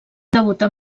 debutar